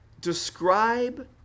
describe